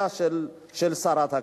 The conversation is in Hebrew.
של שרת הקליטה.